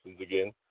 again